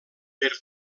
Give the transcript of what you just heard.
per